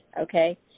okay